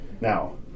Now